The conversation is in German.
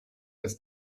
als